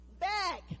Back